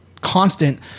constant